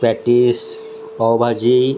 patties pav bhaji